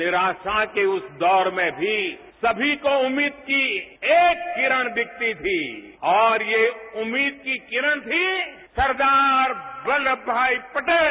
निराशा के उस दौर में भी सभी को उम्मीद की एक किरण दिखती थी और ये उम्मीद की किरण थी सरदार वल्लमभाई पटेल